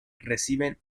reciben